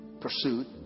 pursuit